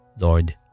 Lord